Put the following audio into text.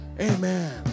Amen